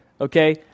okay